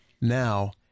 now